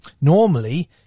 normally